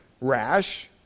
rash